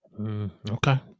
Okay